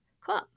cool